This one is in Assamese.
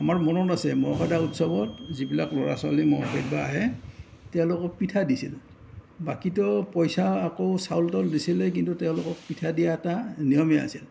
আমাৰ মনত আছে মহ খেদা উৎসৱত যিবিলাক ল'ৰা ছোৱালী মহ খেদবা আহে তেওঁলোকক পিঠা দিছিল বাকীটো পইচা আকৌ চাউল টাউল দিছিলে কিন্তু তেওঁলোকক পিঠা দিয়া এটা নিয়মে আছিল